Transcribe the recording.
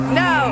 no